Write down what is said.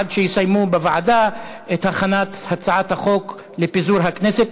עד שיסיימו בוועדה את הכנת הצעת החוק לפיזור הכנסת,